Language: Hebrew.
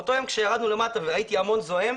כשירדתי למטה באותו יום וראיתי המון זועם,